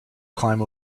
climb